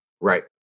Right